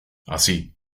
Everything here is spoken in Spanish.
así